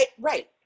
Right